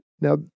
now